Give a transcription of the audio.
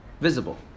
visible